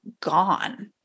gone